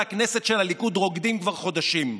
הכנסת של הליכוד רוקדים כבר חודשים.